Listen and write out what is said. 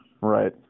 Right